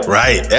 right